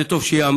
זה טוב שייאמרו,